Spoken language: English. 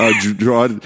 draw